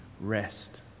rest